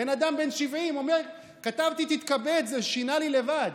בן אדם בן 70 אומר: כתבתי תתכבד, זה שינה לי לבד.